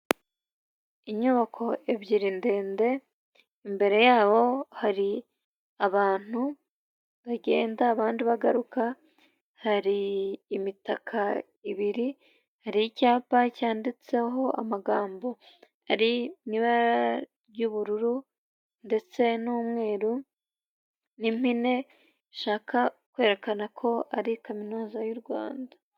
Inyubako ebyiri ndende, imbere yaho hari abantu bagenda, abandi bagaruka, hari imitaka ibiri, hari icyapa cyanditseho amagambo ari mu ibara ry'ubururu, ndetse n'umweru, n'impine, bishaka kwerekana ko ari kaminuza y'u Rwanda.